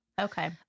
Okay